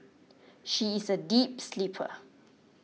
she is a deep sleeper